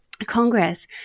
Congress